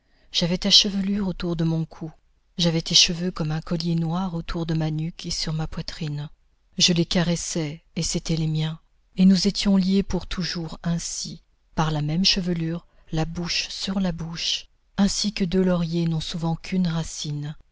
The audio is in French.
j'avais ta chevelure autour de mon cou j'avais tes cheveux comme un collier noir autour de ma nuque et sur ma poitrine je les caressais et c'étaient les miens et nous étions liés pour toujours ainsi par la même chevelure la bouche sur la bouche ainsi que deux lauriers n'ont souvent qu'une racine